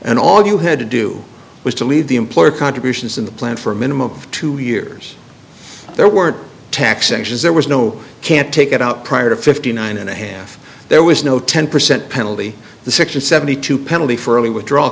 and all you had to do was to leave the employer contributions in the plan for a minimum of two years there were tax actions there was no can't take it out prior to fifty nine and a half there was no ten percent penalty the section seventy two penalty for early withdrawal